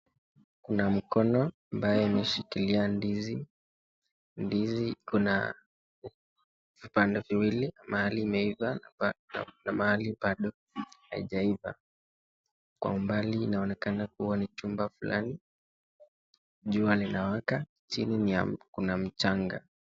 Kuna mkono ambaye ameshikilia ndizi, ndizi iko na upande viwili pahali imeifaa na mahali bado haijaifaa kwa umbali inaonekana ni nyumba fulani nyumba jua linawaka chini kuna mchanga.